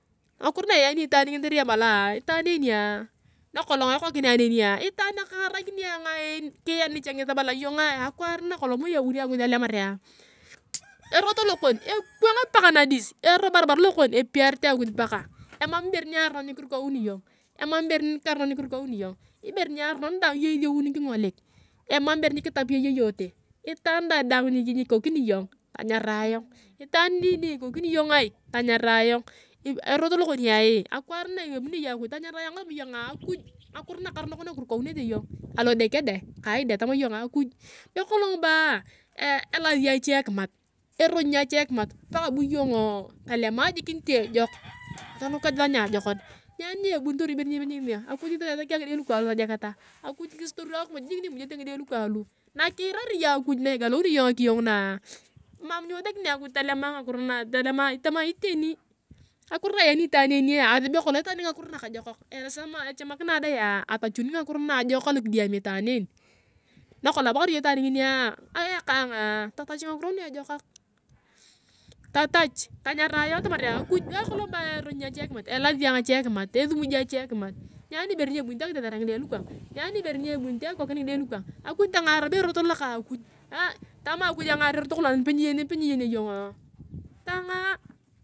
Ngakiro na iyani itaan ngini tani ebalaa itaan nginia, nakolong ekokinea nenia, itaan ni kengarakini ayong en, kiyani changesi tabala, iyonga akwaar nakolong mou ebunio akuj alemarea, evot lakon ekwang paka nadis, ebarabar lokon epiarit akuj paka. Emam ibere niarunon nikirukouni iyong, emam ibere nikarunon nikirukouni iyong. ibere ni arunon daang iyong iseuni kingolik. Emam ibere nikitapi iyong yeyote. itaan daang rikokini iyong tanyarae ayong, itaan nikikoni iyongae, tanyarae ayong. Erot lokonia, akivaar na kiomunio iyong akuj ngakiro nakarunok na kirikaunete iyong, alodere deng, kai deng, tama iyonga akuj be kolong boa, elasiang ache kimat, eronyi ayong ache kimat paka bu iyong tolema jik niti ejok, atonuka sua niajekon. Nyani niebunitor ibore ni kanyemi ayong. akuj asaki ayong ndide lukang lu tojeketa, akuj kisutor akimuj jik na imujete ngide lukang lu. na kirari iyong akuj na ikalounio iyong ngakiyo ngunaa, mam nyiwesekini akuj tolemaa, iteni ngakiro na iyanii itaan enia asubea kolong itaan ngini ngakiro nakajokak. echamikina ayong oleyea atachuni ngakiro najokak alokidiami itaan eken. nakolong abakar iyong itaan nginia, ayakaa ayongaa, totauch ngakiro nguna niti ejokak. totach tanyarae ayong atamarea akuj be kolong boo eronyi ayong ache kimat, elaasi ayong ache kimat, esumuji ayong ache kimat. nyani ibere ni ebunit akitesare ngide ayong ache kimat. nyani ibere ni ebunit akikokin ngide lukang. akuj tangaa robo erot lokang akuj tama akun angaar erot lokon anipe niyene iyongo tangaa.